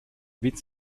witz